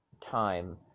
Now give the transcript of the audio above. time